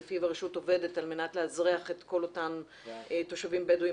לפיו הרשות עובדת על מנת לאזרח את כל אותם תושבים בדואים